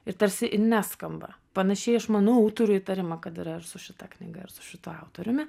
ir tarsi i neskamba panašiai aš manau turiu įtarimą kad yra ir su šita knyga ir su šitu autoriumi